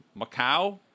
Macau